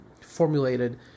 formulated